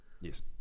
Yes